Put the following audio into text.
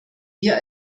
hier